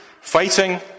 Fighting